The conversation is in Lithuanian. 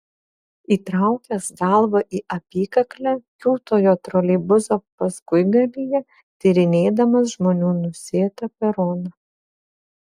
įtraukęs galvą į apykaklę kiūtojo troleibuso paskuigalyje tyrinėdamas žmonių nusėtą peroną